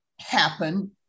happen